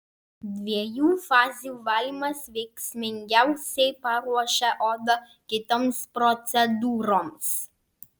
dviejų fazių valymas veiksmingiausiai paruošia odą kitoms procedūroms